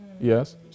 Yes